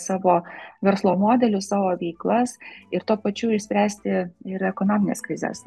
savo verslo modelius savo veiklas ir tuo pačiu išspręsti ir ekonominės krizės